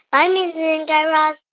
bye, mindy and guy raz